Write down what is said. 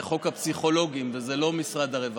חוק הפסיכולוגים וזה לא משרד הרווחה.